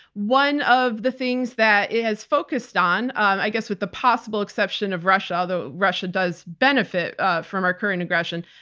one of the things that it has focused on, i guess with the possible exception of russia, although russia does benefit ah from our korean aggression,